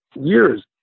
years